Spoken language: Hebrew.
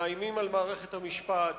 מאיימים על מערכת המשפט,